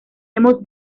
hemos